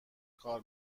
کار